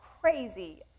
crazy